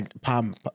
Palm